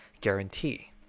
guarantee